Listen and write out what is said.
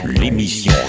l'émission